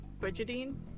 Brigidine